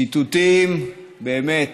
ציטוטים, באמת,